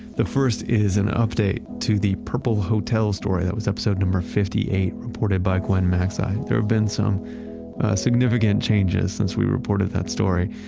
the first is an update to the purple hotel story, that was episode number fifty eight reported by gwen macsai. there have been some significant changes since we reported that story,